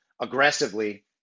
aggressively